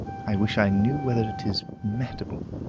i wish i knew whether it is mehitable.